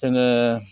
जोङो